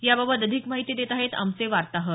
याबाबत अधिक माहिती देत आहेत आमचे वार्ताहर